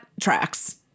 tracks